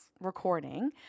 recording